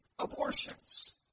Abortions